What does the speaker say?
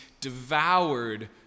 devoured